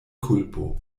kulpo